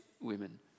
women